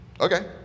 okay